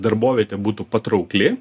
darbovietė būtų patraukli